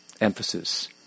emphasis